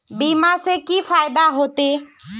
बीमा से की फायदा होते?